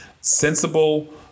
sensible